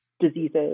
diseases